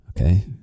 okay